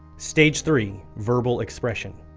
stage three verbal expression.